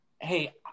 hey